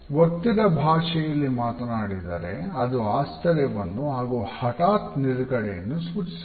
ಒತ್ತಿದ ಭಾಷೆಯಲ್ಲಿ ಮಾತನಾಡಿದರೆ ಅದು ಆಶ್ಚರ್ಯವನ್ನು ಹಾಗು ಹಠಾತ್ ನಿಲುಗಡೆಯನ್ನು ಸೂಚಿಸುತ್ತದೆ